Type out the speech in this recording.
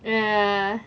ya